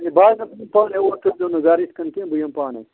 ہے بہٕ حظ اَنَن پانَے اور ترٛٲۍزِہون گَرٕ یِتھٕ کٔنۍ کیٚنٛہہ بہٕ یِمہٕ پانَے